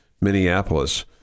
Minneapolis